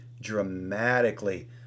dramatically